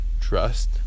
trust